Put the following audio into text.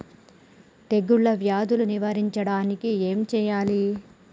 తెగుళ్ళ వ్యాధులు నివారించడానికి ఏం చేయాలి?